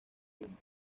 volumen